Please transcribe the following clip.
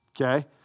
okay